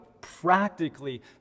practically